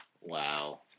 Wow